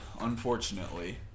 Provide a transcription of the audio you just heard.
unfortunately